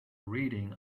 reading